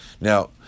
Now